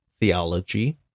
theology